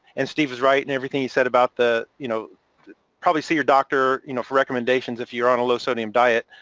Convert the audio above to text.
and steve was right and everything he said about the, you know probably see your doctor you know for recommendations if you're on a low sodium diet.